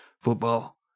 Football